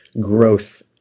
growth